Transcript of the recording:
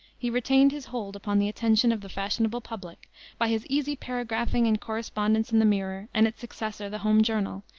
he retained his hold upon the attention of the fashionable public by his easy paragraphing and correspondence in the mirror and its successor, the home journal,